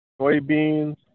soybeans